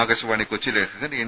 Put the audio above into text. ആകാശവാണി കൊച്ചി ലേഖകൻ എൻ